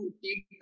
take